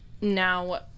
Now